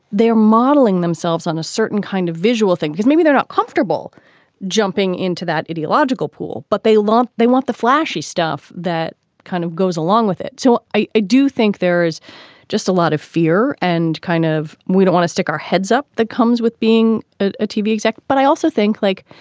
they're modeling themselves on a certain kind of visual thing because maybe they're not comfortable jumping into that ideological pool, but they lump they want the flashy stuff that kind of goes along with it. so i do think there's just a lot of fear and kind of we don't want to stick our heads up. that comes with being ah to be exact. but i also think, like,